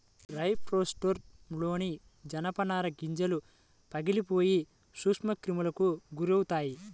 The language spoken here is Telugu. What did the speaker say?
డ్రై స్టోర్రూమ్లోని జనపనార గింజలు పగిలిపోయి సూక్ష్మక్రిములకు గురవుతాయి